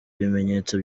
ibimenyetso